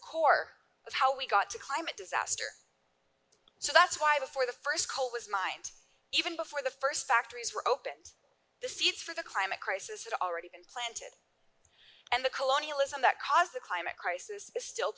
of how we got to climate disaster so that's why before the st call was mined even before the st factories were opened the seeds for the climate crisis had already been planted and the colonialism that caused the climate crisis is still